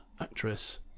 actress